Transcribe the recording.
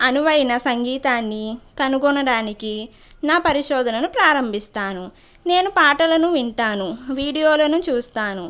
అనువైన సంగీతాన్ని కనుగొనడానికి నా పరిశోధనను ప్రారంభిస్తాను నేను పాటలను వింటాను వీడియోలను చూస్తాను